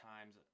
Times